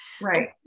Right